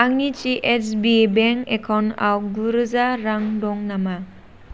आंनि CSB bank एकाउन्टाव गु रोजा रां दं नामा